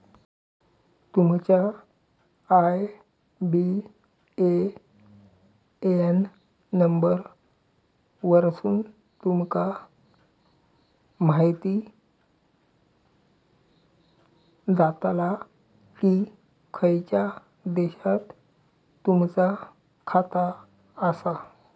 तुमच्या IBAN number वरसुन तुमका म्हायती जाताला की खयच्या देशात तुमचा खाता आसा